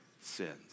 sins